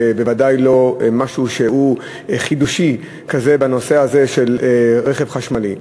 בוודאי לא משהו שהוא חידושי כזה בנושא הזה של רכב חשמלי.